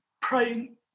praying